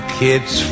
kids